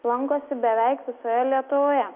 lankosi beveik visoje lietuvoje